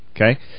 Okay